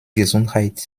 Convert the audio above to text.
gesundheit